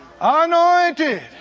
Anointed